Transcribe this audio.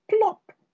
Plop